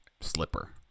slipper